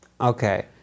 Okay